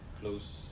close